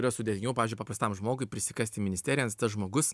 yra sudėtingiau pavyzdžiui paprastam žmogui prisikasti į ministerijas tas žmogus